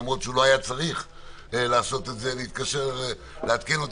למרות שלא היה צריך לעדכן אותי,